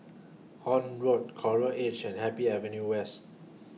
Horne Road Coral Edge and Happy Avenue West